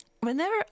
whenever